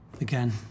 again